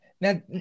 Now